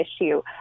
issue